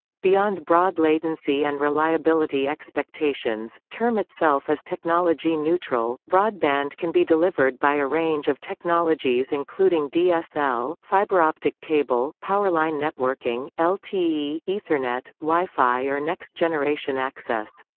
beyond broad latency and reliability expectations, term itself is technology neutral broadband can be delivered by a range of technologies including dsl, fiber optic cable, powerline networking, lte, ethernet, wi-fi or next generation access.